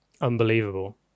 unbelievable